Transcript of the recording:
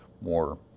more